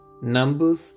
Numbers